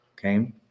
Okay